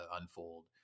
unfold